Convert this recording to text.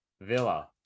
Villa